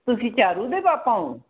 ਤੁਸੀਂ ਚਾਰੂ ਦੇ ਪਾਪਾ ਹੋ